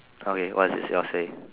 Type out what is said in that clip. okay what's your sell say